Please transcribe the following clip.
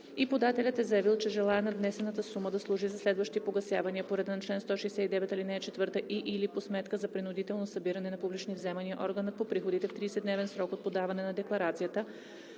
и подателят е заявил, че желае надвнесената сума да служи за следващи погасявания по реда на чл. 169, ал. 4 и/или по сметката за принудително събиране на публични вземания, органът по приходите в 30-дневен срок от подаване на декларацията